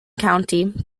county